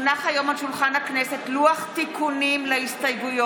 כי הונח היום על שולחן הכנסת לוח תיקונים להסתייגויות